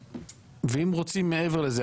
ואם רוצים מעבר לזה,